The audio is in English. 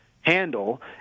handle